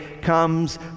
comes